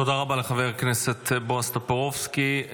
תודה רבה לחבר הכנסת בועז טופורובסקי.